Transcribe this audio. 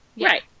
Right